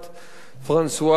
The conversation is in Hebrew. פרנסואה הולנד.